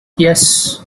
yes